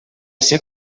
ser